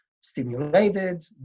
stimulated